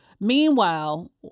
Meanwhile